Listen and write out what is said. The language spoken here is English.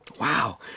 Wow